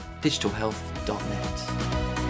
digitalhealth.net